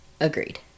Agreed